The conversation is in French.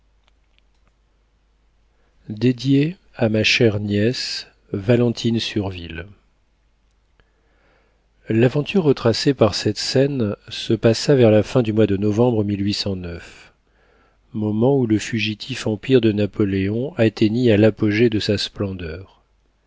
dédié a ma chère nièce valentine surville l'aventure retracée par cette scène se passa vers la fin du mois de novembre au moment où le fugitif empire de napoléon atteignit à l'apogée de sa splendeur